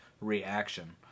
reaction